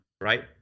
right